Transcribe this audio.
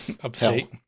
Upstate